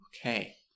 Okay